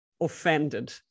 offended